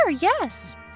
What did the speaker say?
yes